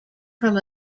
from